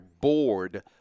board